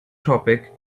topic